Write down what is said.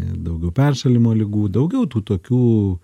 daugiau peršalimo ligų daugiau tų to kių